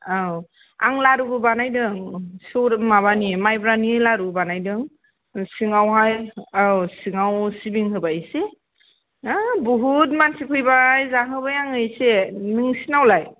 औ आं लारुबो बानायदों सु माबानि मायब्रानि लारु बानायदों सिङाव हाय औ सिङाव सिबिं होबाय एसे हाब बुहुत मानसि फैबाय जाहोबाय आङो एसे नोंसिनावलाय